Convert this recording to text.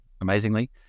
amazingly